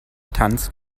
tanzt